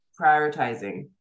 prioritizing